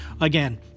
Again